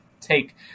take